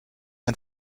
ein